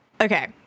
Okay